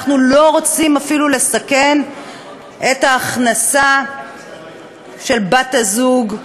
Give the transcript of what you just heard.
אנחנו לא רוצים אפילו לסכן את ההכנסה של בת-הזוג.